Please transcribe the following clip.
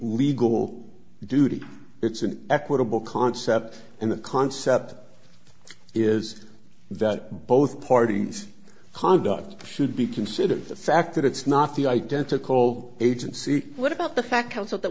legal duty it's an equitable concept and the concept is that both parties conduct should be considered the fact that it's not the identical agency what about the fact that